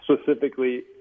specifically